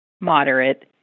moderate